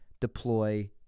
deploy